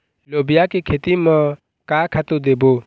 लोबिया के खेती म का खातू देबो?